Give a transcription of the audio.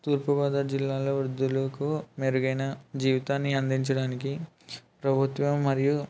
తూర్పుగోదావరి జిల్లాలో వృద్ధులుకు మెరుగైన జీవితాన్ని అందించడానికి ప్రభుత్వం మరియు